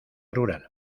rural